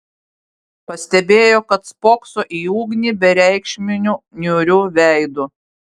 pastebėjo kad spokso į ugnį bereikšmiu niūriu veidu